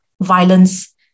violence